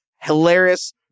Hilarious